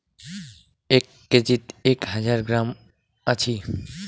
এক কেজিত এক হাজার গ্রাম আছি